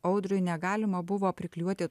audriui negalima buvo priklijuoti